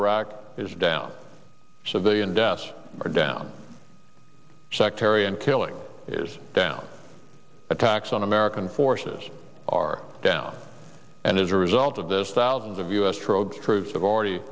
iraq is down civilian deaths are down sectarian killing is down attacks on american forces are down and as a result of this thousands of u s troops troops have already